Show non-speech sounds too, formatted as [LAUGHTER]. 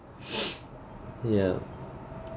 [BREATH] ya